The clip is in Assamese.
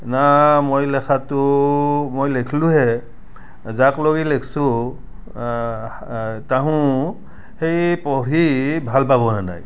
না মই লেখাটো মই লিখিলোঁহে যাক ল'গে লিখিছোঁ তাহোঁ সেই পঢ়ি ভাল পাবনে নাই